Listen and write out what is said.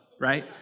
Right